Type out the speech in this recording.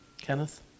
Kenneth